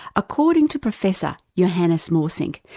according to professor johannes morsink,